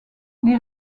les